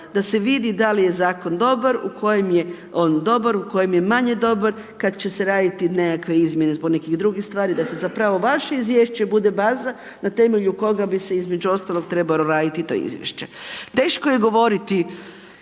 da se vidi da li je zakon dobar, u kojem je on dobar, u kojem je manje dobar, kad će se raditi nekakve izmjene zbog nekih drugih stvari da se zapravo vaše izvješće bude baza na temelju koga bi se između ostalog trebalo radit to izvješće. Teško je govoriti